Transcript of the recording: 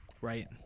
Right